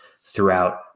throughout